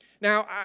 Now